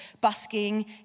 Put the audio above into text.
busking